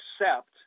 accept